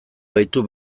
baitu